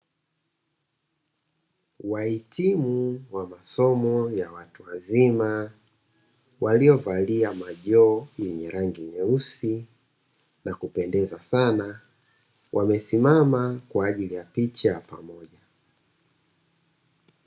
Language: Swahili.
Wahitimu wa masomo ya watu wazima waliovalia majoho yenye rangi nyeusi na kupendeza sana, wamesimama kwa ajili ya picha.